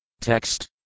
Text